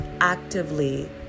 actively